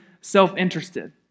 self-interested